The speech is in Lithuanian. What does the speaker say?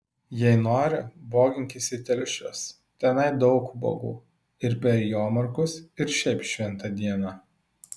jei nori boginkis į telšius tenai daug ubagų ir per jomarkus ir šiaip šventą dieną